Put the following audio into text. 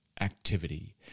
activity